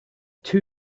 two